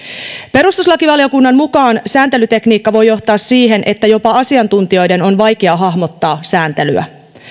perustuslakivaliokunnan mukaan sääntelytekniikka voi johtaa siihen että jopa asiantuntijoiden on vaikea hahmottaa sääntelyä